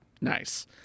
Nice